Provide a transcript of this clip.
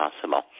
possible